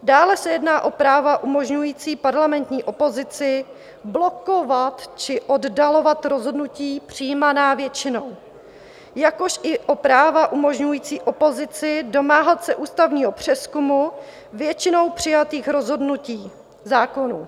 Dále se jedná o práva umožňující parlamentní opozici blokovat či oddalovat rozhodnutí přijímaná většinou, jakož i o práva umožňující opozici domáhat se ústavního přezkumu většinou přijatých rozhodnutí, zákonů.